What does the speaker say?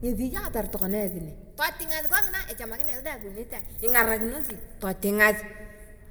Ngesi eyakator tokona esi nee, totingas kongina echamakina esi deng ikokinette ai ngarakinoji. Totingas